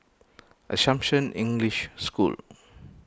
Assumption English School